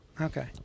Okay